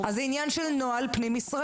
אז, זה עניין של נוהל פנים-ישראלי.